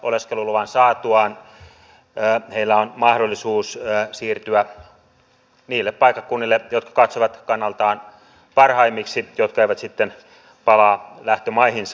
oleskeluluvan saatuaan heillä on mahdollisuus siirtyä niille paikkakunnille jotka he katsovat kannaltaan parhaimmiksi ja he eivät sitten palaa lähtömaihinsa